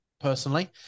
personally